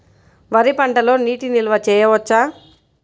వరి పంటలో నీటి నిల్వ చేయవచ్చా?